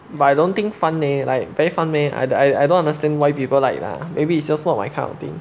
but I don't think fun leh like very fun meh I I I don't understand why people like lah maybe it's just not my kind of thing